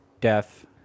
deaf